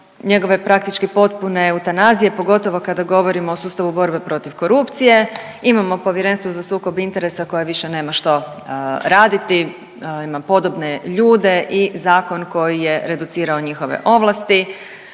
njegove praktički potpune eutanazije, pogotovo kada govorimo o sustavu borbe protiv korupcije. Imamo Povjerenstvo za sukob interesa koje više nema što raditi, ima podobne ljude i zakon koji je reducirao njihove ovlasti.